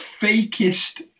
fakest